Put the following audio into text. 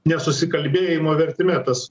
nesusikalbėjimo vertime tas